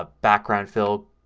ah background fill,